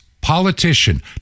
politician